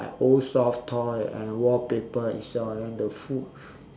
like old soft toy and wallpaper itself and then the food